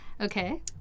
Okay